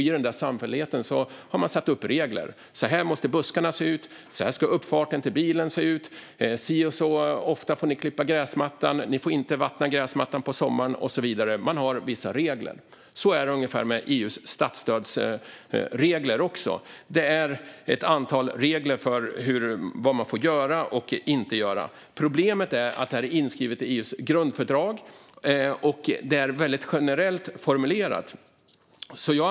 I denna samfällighet har man satt upp regler: Så här måste buskarna se ut, så här ska uppfarten för bilen se ut, si och så ofta får ni klippa gräsmattan, ni får inte vattna gräsmattan på sommaren och så vidare. Man har vissa regler. Ungefär så är det också med EU:s statsstödsregler. Det är ett antal regler för vad man får göra och inte göra. Problemet är att det här är inskrivet i EU:s grundfördrag och att det är väldigt generellt formulerat.